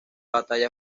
batalla